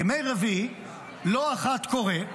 בימי רביעי לא אחת קורה,